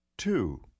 Two